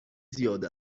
زیاد